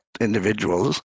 individuals